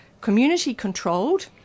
community-controlled